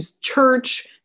church